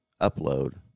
upload